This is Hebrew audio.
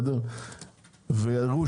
ויראו